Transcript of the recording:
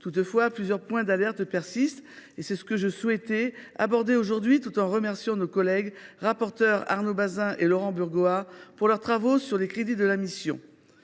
Toutefois, plusieurs points d’alerte persistent et je souhaite les aborder aujourd’hui après avoir remercié nos collègues rapporteurs Arnaud Bazin et Laurent Burgoa pour leurs travaux sur les crédits de la mission.